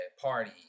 party